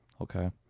Okay